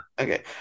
okay